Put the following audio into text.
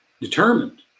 determined